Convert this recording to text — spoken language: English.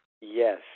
Yes